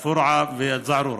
מאל-פורעה ומזערורה.